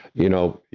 you know,